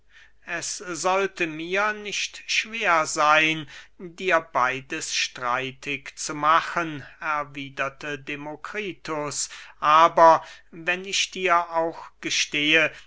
es sollte mir nicht schwer seyn dir beides streitig zu machen erwiederte demokritus aber wenn ich dir auch gestehe